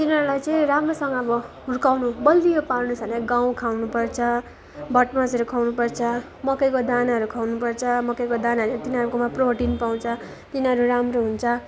तिनीहरूलाई चाहिँ राम्रोसँग अब हुर्काउनु बलियो पार्नु भने गहुँ खुवाउनु पर्छ भटमासहरू खुवाउनु पर्छ मकैको दानाहरू खुवाउनु पर्छ मकैको दानाहरू तिनीहरूकोमा प्रोटिन पाउँछ तिनीहरू राम्रो हुन्छ